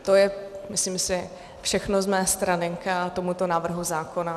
To je, myslím si, všechno z mé strany k tomuto návrhu zákona.